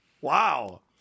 Wow